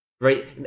right